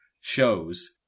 shows